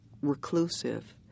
reclusive